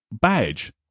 badge